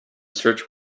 search